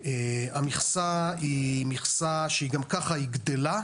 המכסה היא מכסה שגם ככה היא גדלה,